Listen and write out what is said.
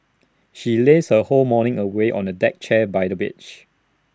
she lazed her whole morning away on A deck chair by the beach